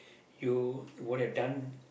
you would have done